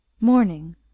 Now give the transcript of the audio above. Morning